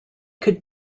could